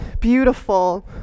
beautiful